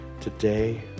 Today